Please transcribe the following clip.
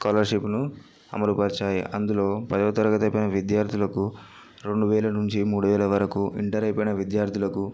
స్కాలర్షిప్ను అమలు పరిచాయి అందులో పదవ తరగతి అయిపోయిన విద్యార్థులకు రెండు వేల నుంచి మూడు వేల వరకు ఇంటర్ అయిపోయిన విద్యార్థులకు